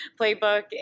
playbook